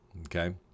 okay